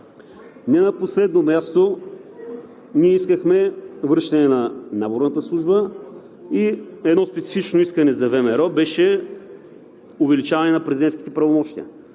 Не на последно място, ние искахме връщане на наборната служба. И едно специфично искане за ВМРО беше увеличаване на президентските правомощия.